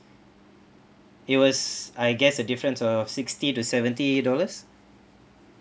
it was I guess a difference of sixty to seventy dollars